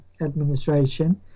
administration